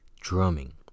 drumming